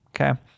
Okay